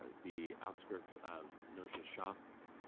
the outskirts of noja's shop.